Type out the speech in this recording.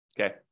Okay